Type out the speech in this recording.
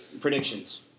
predictions